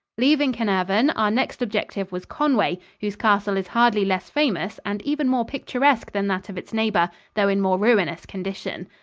leaving carnarvon, our next objective was conway, whose castle is hardly less famous and even more picturesque than that of its neighbor, though in more ruinous condition.